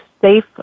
safe